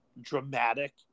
dramatic